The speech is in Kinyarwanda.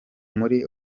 muri